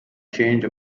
change